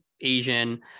Asian